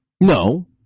No